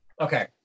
Okay